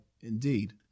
indeed